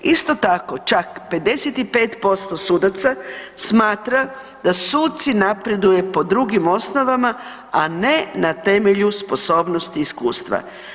Isto tako čak 55% sudaca smatra da suci napreduju po drugim osnovama, a ne na temelju sposobnosti i iskustva.